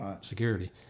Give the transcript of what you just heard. security